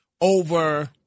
over